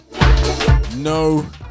No